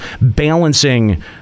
balancing